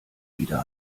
wieder